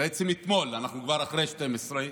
בעצם אתמול, אנחנו אחרי 24:00,